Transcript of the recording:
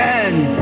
end